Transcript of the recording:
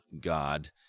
God